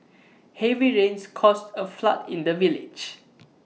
heavy rains caused A flood in the village